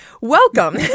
Welcome